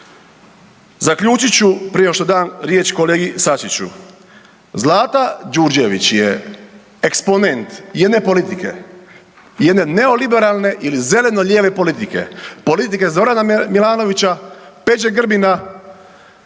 Zaključit ću prije nego što dam riječ kolegi Sačiću, Zlata Đurđević je eksponent jedne politike, jedna neoliberalne ili zeleno-lijeve politike, politike Zorana Milanovića, Peđe Grbina,